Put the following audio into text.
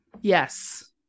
Yes